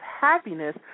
happiness